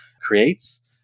creates